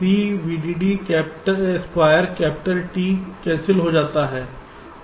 C VDD square capital T cancel हो जाता है और fSW